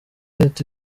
ati